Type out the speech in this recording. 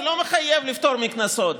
זה לא מחייב לפטור מקנסות,